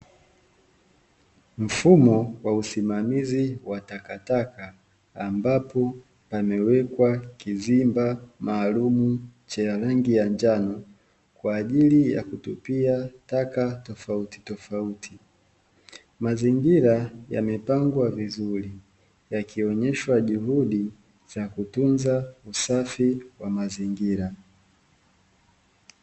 Mfumo wa usimamizi wa takataka ambapo pamewekwa kizimba maalumu cha rangi ya njano kwa ajili ya kutupia taka tofautitofauti. Mazingira yamepangwa vizuri yakionyesha juhudi za kutunza usafi wa mazingira.